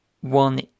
one